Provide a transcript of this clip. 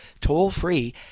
toll-free